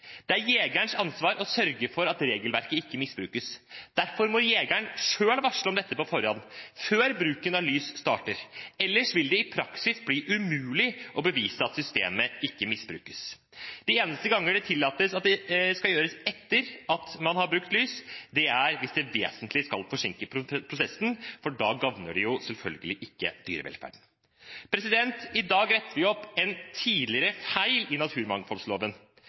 Det er jegerens ansvar å sørge for at regelverket ikke misbrukes, og derfor må jegeren selv varsle om dette på forhånd, før bruken av lys starter. Ellers vil det i praksis bli umulig å bevise at systemet ikke misbrukes. De eneste gangene det tillates at dette skal gjøres etter at man har brukt lys, er hvis det vil forsinke prosessen vesentlig, for da gagner det jo selvfølgelig ikke dyrevelferden. I dag retter vi opp en tidligere feil i naturmangfoldloven,